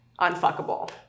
unfuckable